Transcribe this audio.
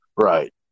Right